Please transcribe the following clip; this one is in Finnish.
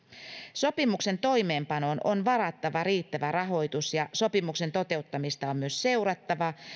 sopimuksen toimeenpanoon on varattava riittävä rahoitus ja sopimuksen toteuttamista on myös seurattava